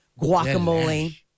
guacamole